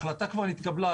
ההחלטה כבר התקבלה,